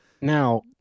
now